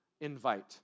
invite